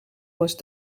was